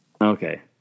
Okay